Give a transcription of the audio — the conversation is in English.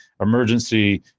emergency